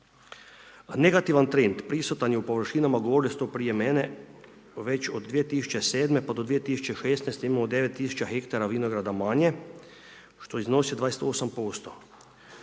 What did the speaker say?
negativan trend prisutan je u površinama, govorili ste to prije mene, već od 2007.-2016. imamo 9000 hektara vinograda manje, što iznosi 28%.